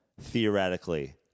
theoretically—